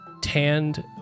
tanned